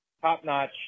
Top-notch